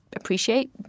appreciate